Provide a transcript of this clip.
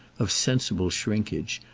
of sensible shrinkage,